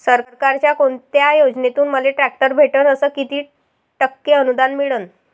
सरकारच्या कोनत्या योजनेतून मले ट्रॅक्टर भेटन अस किती टक्के अनुदान मिळन?